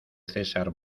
césar